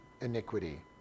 iniquity